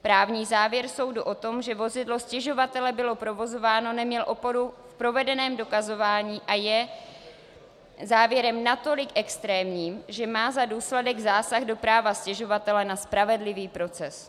Právní závěr soudu o tom, že vozidlo stěžovatele bylo provozováno, neměl oporu v provedeném dokazování a je závěrem natolik extrémním, že má za důsledek zásah do práva stěžovatele na spravedlivý proces.